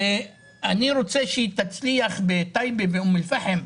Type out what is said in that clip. ואני רוצה שהיא תצליח בטייבה ואום אל פחם,